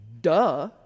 duh